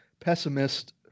pessimist